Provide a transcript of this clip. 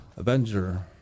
Avenger